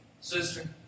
Sister